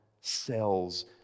cells